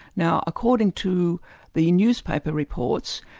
now according to the newspaper reports,